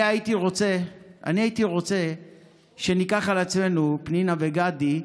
אני הייתי רוצה שניקח על עצמנו, פנינה וגדי,